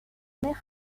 mer